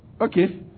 okay